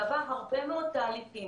אז בסדרי העדיפויות.